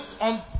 on